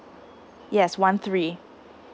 yes one three